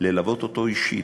ללוות אותו אישית,